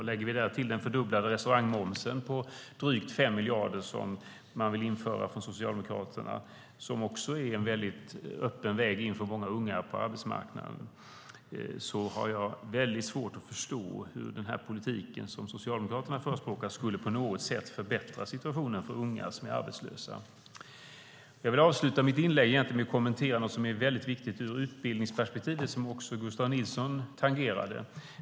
Vi kan till det lägga den fördubblade restaurangmomsen på drygt 5 miljarder som man vill införa från Socialdemokraterna - det här är också en väldigt öppen väg in för många unga på arbetsmarknaden. Då har jag väldigt svårt att förstå hur den politik som Socialdemokraterna förespråkar på något sätt skulle förbättra situationen för unga som är arbetslösa. Jag vill avsluta mitt inlägg med att kommentera något som är viktigt ur ett utbildningsperspektiv, som också Gustav Nilsson tangerade.